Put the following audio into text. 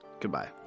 Goodbye